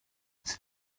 sut